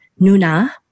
Nuna